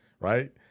right